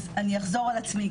אז אני אחזור על עצמי,